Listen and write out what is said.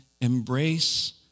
embrace